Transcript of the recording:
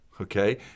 okay